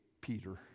Peter